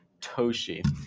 Toshi